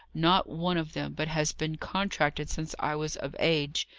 not one of them but has been contracted since i was of age.